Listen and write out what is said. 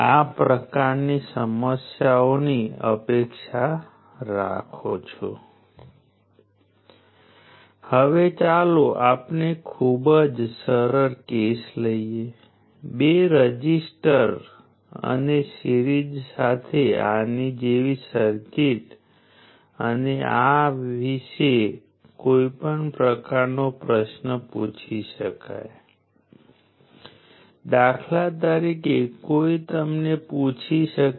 તેથી આ ચોક્કસ સંબંધ રઝિસ્ટર માટે છે જેને I R × I તરીકે લખી શકાય છે તે આ વોલ્ટેજ છે જે કરંટ I2R છે વૈકલ્પિક રીતે તેને V × V R તરીકે લખી શકાય છે આ વોલ્ટેજ છે તે કરંટ છે જે V2 R હશે